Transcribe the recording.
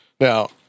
Now